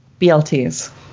BLTs